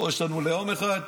פה יש לנו לאום אחד,